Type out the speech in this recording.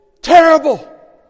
terrible